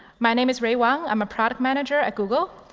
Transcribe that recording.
my name is rae wang. i'm a product manager at google.